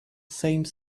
same